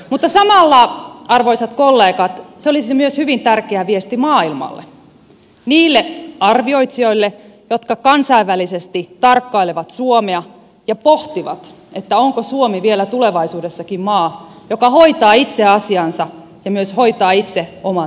mutta samalla arvoisat kollegat se olisi myös hyvin tärkeä viesti maailmalle niille arvioitsijoille jotka kansainvälisesti tarkkailevat suomea ja pohtivat onko suomi vielä tulevaisuudessakin maa joka hoitaa itse asiansa ja myös hoitaa itse oman taloutensa